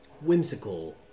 whimsical